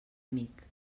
amic